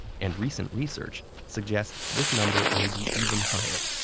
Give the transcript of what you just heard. and recent research suggests this number may be even higher.